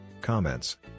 Comments